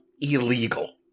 illegal